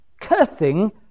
cursing